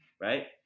Right